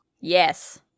Yes